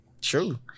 true